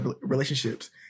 relationships